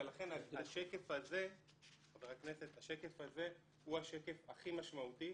ולכן השקף הזה הוא השקף הכי משמעותי: